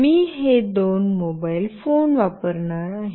मी हे दोन mobile phone वापरणार आहे